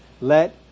let